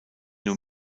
nur